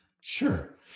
Sure